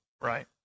Right